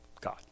God